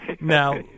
Now